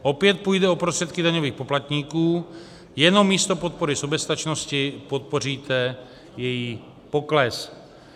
Opět půjde o prostředky daňových poplatníků, jenom místo podpory soběstačnosti podpoříte její pokles.